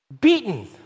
beaten